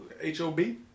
H-O-B